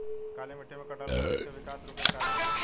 काली मिट्टी में कटहल के बृच्छ के विकास रुके के कारण बताई?